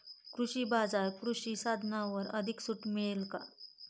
कृषी बाजारात कृषी साधनांवर अधिक सूट मिळेल का?